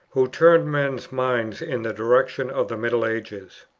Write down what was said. who turned men's minds in the direction of the middle ages.